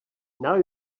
now